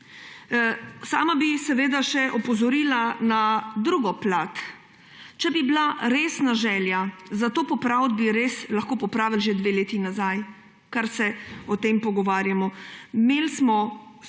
Sama bi opozorila še na drugo plat. Če bi bila resna želja za to popraviti, bi res lahko popravili že 2 leti nazaj, odkar se o tem pogovarjamo.